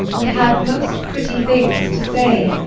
but had most pretty things to say.